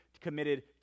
committed